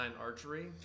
archery